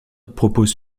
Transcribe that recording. propose